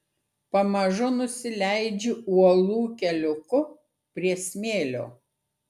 pamažu nusileidžiu uolų keliuku prie smėlio